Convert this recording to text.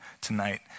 tonight